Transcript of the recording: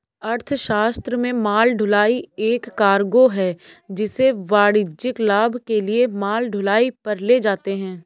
अर्थशास्त्र में माल ढुलाई एक कार्गो है जिसे वाणिज्यिक लाभ के लिए माल ढुलाई पर ले जाते है